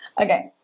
Okay